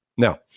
Now